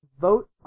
vote